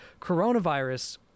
coronavirus